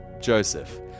Joseph